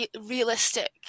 realistic